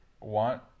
want